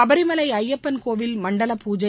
சுபரிமலை ஐயப்பள் கோவில் மண்டலபூஜை